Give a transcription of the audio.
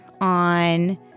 on